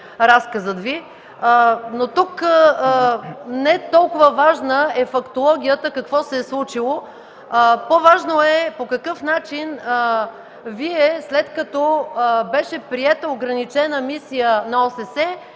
Ви. Тук не е толкова важна фактологията – какво се е случило. По-важно е по какъв начин Вие, след като беше приета ограничена мисия на ОССЕ,